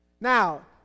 Now